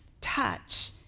touch